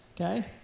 Okay